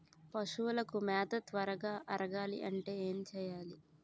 పశువులకు మేత త్వరగా అరగాలి అంటే ఏంటి చేయాలి?